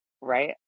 Right